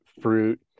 fruit